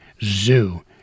ZOO